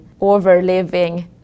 overliving